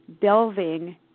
delving